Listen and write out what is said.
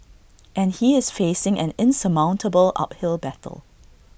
and he is facing an insurmountable uphill battle